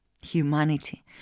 Humanity